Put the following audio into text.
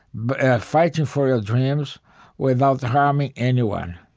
but ah fighting for your dreams without harming anyone